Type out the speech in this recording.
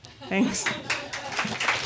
Thanks